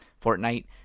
Fortnite